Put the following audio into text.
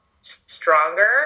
stronger